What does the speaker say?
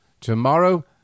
Tomorrow